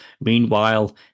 meanwhile